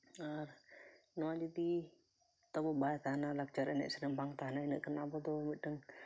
ᱟᱨ ᱱᱚᱣᱟ ᱡᱩᱫᱤ ᱛᱟᱵᱚ ᱵᱟᱭ ᱛᱟᱦᱮᱱᱟ ᱞᱟᱠᱪᱟᱨ ᱮᱱᱮᱡ ᱥᱮᱨᱮᱧ ᱵᱟᱝ ᱛᱟᱦᱮᱱᱟ ᱤᱱᱟᱹᱜ ᱠᱷᱟᱱ ᱟᱵᱚ ᱫᱚ ᱢᱤᱫᱴᱟᱹᱝ